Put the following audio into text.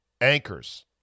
anchors